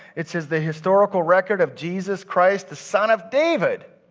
it says the historical record of jesus christ, the son of david.